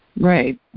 Right